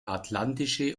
atlantische